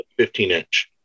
15-inch